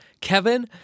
Kevin